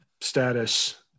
status